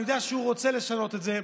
אני יודע שהוא רוצה לשנות את זה,